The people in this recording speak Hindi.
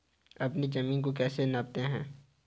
अपनी जमीन को कैसे नापते हैं?